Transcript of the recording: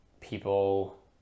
people